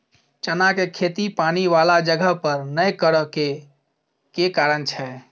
चना केँ खेती पानि वला जगह पर नै करऽ केँ के कारण छै?